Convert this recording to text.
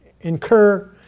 incur